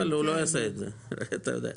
אבל הוא לא יעשה את זה אתה יודע.